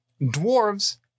dwarves